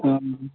ও